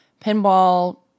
pinball